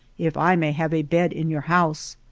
if i may have a bed in your house.